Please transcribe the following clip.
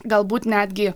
galbūt netgi